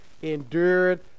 endured